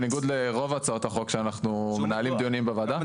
בניגוד לרוב הצעות החוק שעליהן אנחנו מנהלים דיונים בוועדה,